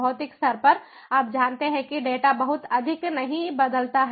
भौतिक स्तर पर आप जानते हैं कि डेटा बहुत अधिक नहीं बदलता है